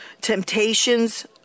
temptations